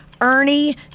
Ernie